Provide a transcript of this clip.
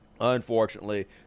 unfortunately